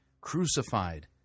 crucified